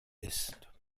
ist